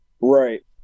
right